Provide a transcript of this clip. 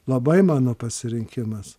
labai mano pasirinkimas